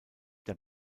der